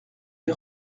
les